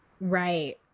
Right